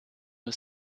nur